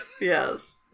Yes